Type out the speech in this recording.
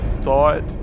thought